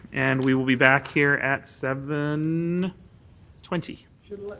and we will be back here at seven twenty.